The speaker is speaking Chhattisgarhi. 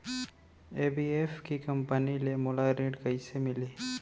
एन.बी.एफ.सी कंपनी ले मोला ऋण कइसे मिलही?